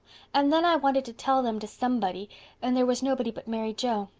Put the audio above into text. and then i wanted to tell them to somebody and there was nobody but mary joe.